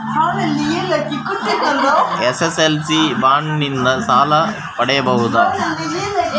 LIC bond ನಿಂದ ಸಾಲ ಪಡೆಯಬಹುದೇ?